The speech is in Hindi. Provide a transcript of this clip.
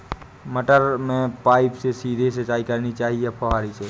मटर में पाइप से सीधे सिंचाई करनी चाहिए या फुहरी से?